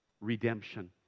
redemption